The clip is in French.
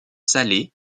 salées